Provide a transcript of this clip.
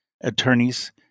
attorneys